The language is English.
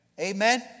Amen